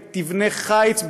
היא תבנה חיץ,